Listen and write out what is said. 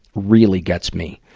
really gets me.